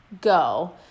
go